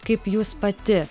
kaip jūs pati